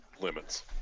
limits